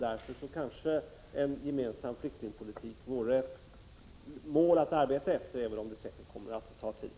Därför kanske en gemensam flyktingpolitik vore ett mål att sträva mot, även om det säkerligen kommer att ta tid.